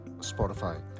Spotify